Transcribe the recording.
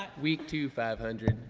week two, five hundred.